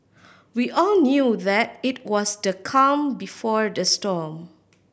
we all knew that it was the calm before the storm